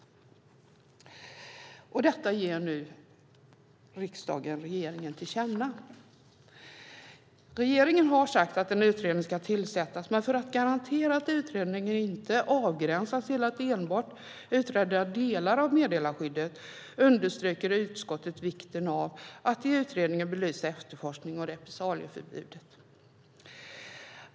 Detta ger nu riksdagen regeringen till känna. Regeringen har sagt att en utredning ska tillsättas, men för att garantera att utredningen inte avgränsas till att enbart utreda delar av meddelarskyddet understryker utskottet vikten av att i utredningen belysa efterforskning och repressalieförbud.